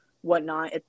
whatnot